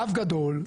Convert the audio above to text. רב גדול,